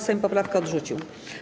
Sejm poprawkę odrzucił.